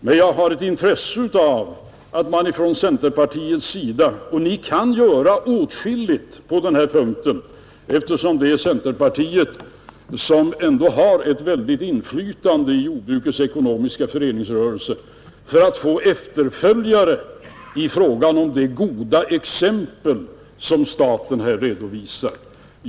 Men jag har ett intresse av att man från centerpartiets sida — och ni kan göra åtskilligt på denna punkt eftersom centerpartiet ändå har ett starkt inflytande i jordbrukets ekonomiska föreningsrörelse — gör något för att få efterföljare i fråga om det goda exempel som staten här redovisat.